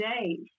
days